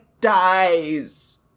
dies